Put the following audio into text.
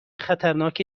خطرناک